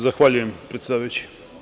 Zahvaljujem, predsedavajući.